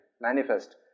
manifest